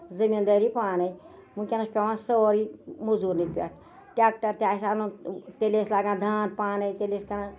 زٔمیٖن دٲری پانٕے ؤنکیٚنَس چھُ پیوان سورُے موزوٗرنٕے پٮ۪ٹھ ٹیکٹر تہِ آسہِ اَنُن تیٚلہِ ٲسۍ لگان دان پانٕے تیٚلہِ ٲسۍ کران